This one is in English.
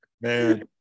Man